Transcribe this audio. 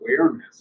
awareness